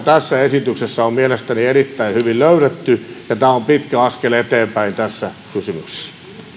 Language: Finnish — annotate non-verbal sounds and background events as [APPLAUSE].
[UNINTELLIGIBLE] tässä esityksessä on mielestäni erittäin hyvin löydetty ja tämä on pitkä askel eteenpäin tässä kysymyksessä